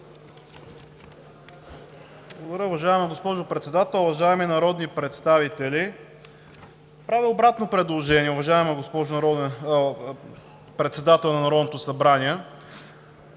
Благодаря, уважаема госпожо Председател. Уважаеми народни представители! Правя обратно предложение, уважаема госпожо Председател на Народното събрание.